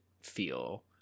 feel